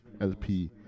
LP